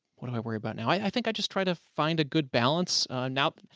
what am i worried about now? i think i just try to find a good balance now,